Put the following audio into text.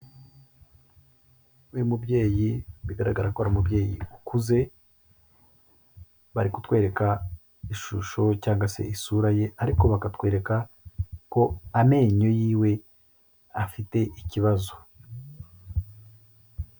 Uyu mubyeyi bigaragara ko ari umubyeyi ukuze, bari kutwereka ishusho cyangwa se isura ye, ariko bakatwereka ko amenyo yiwe afite ikibazo.